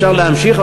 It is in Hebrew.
אפשר להמשיך,